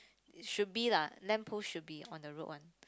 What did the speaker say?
should be lah lamp post should be on the road one